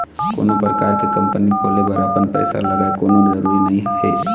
कोनो परकार के कंपनी खोले बर अपन पइसा लगय कोनो जरुरी नइ हे